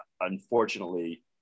unfortunately